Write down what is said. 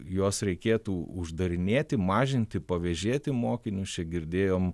juos reikėtų uždarinėti mažinti pavėžėti mokinius čia girdėjom